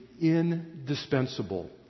indispensable